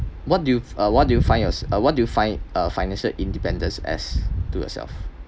what do you uh what do you find yourself uh what do you find uh financial independence as to yourself